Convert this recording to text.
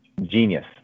genius